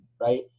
Right